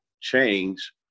change